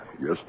Yes